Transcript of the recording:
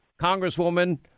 congresswoman